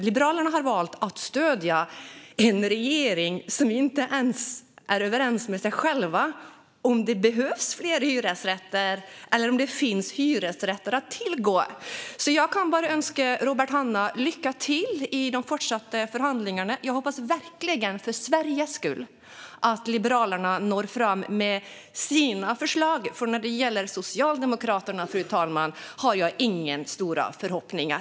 Liberalerna har valt att stödja en regering som inte ens är överens med sig själv om huruvida det behövs fler hyresrätter eller om det finns hyresrätter att tillgå. Jag kan bara önska Robert Hannah lycka till i de fortsatta förhandlingarna. Jag hoppas verkligen, för Sveriges skull, att Liberalerna når fram med sina förslag, för när det gäller Socialdemokraterna, fru talman, har jag inga stora förhoppningar.